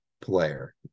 player